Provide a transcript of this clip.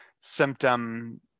symptom